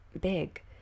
big